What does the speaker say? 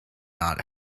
not